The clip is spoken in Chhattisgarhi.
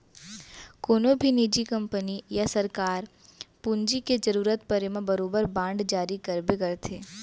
कोनों भी निजी कंपनी या सरकार पूंजी के जरूरत परे म बरोबर बांड जारी करबे करथे